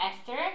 Esther